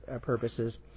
purposes